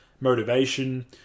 motivation